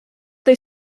they